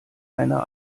einer